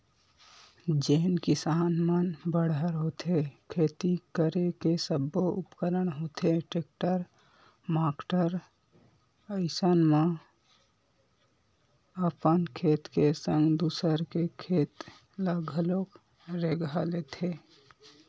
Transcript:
जेन किसान मन बड़हर होथे खेती करे के सब्बो उपकरन होथे टेक्टर माक्टर अइसन म अपन खेत के संग दूसर के खेत ल घलोक रेगहा लेथे